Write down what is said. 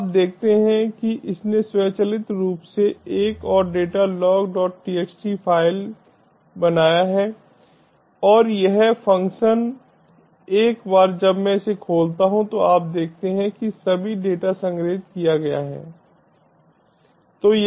अब आप देखते हैं कि इसने स्वचालित रूप से एक और DataLogtxt बनाया है और यह फ़ंक्शन एक बार जब मैं इसे खोलता हूं तो आप देखते हैं कि सभी डेटा संग्रहीत किया गया है